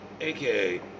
aka